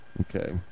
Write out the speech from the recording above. Okay